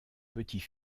petits